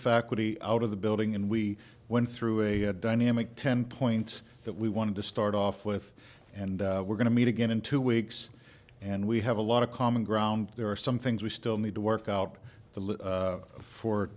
faculty out of the building and we went through a dynamic ten points that we wanted to start off with and we're going to meet again in two weeks and we have a lot of common ground there are some things we still need to work out the lit for